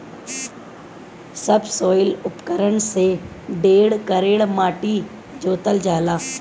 subsoil उपकरण से ढेर कड़ेर माटी जोतल जाला